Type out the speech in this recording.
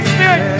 Spirit